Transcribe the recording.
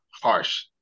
harsh